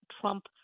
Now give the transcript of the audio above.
Trump